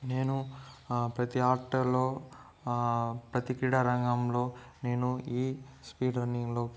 నేను ప్రతి ఆటలో ప్రతి క్రీడారంగంలో నేను ఈ స్పీడ్ రన్నింగ్ లో